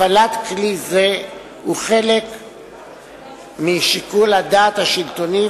הפעלת כלי זה היא חלק משיקול הדעת השלטוני,